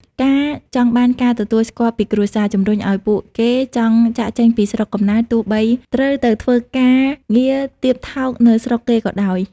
ការចង់បានការទទួលស្គាល់ពីគ្រួសារ ជំរុញឱ្យពួកគេចង់ចាកចេញពីស្រុកកំណើត ទោះបីត្រូវទៅធ្វើការងារទាបថោកនៅស្រុកគេក៏ដោយ។